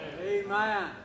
Amen